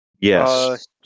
Yes